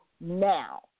now